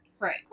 Right